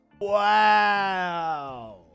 Wow